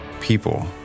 people